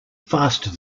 faster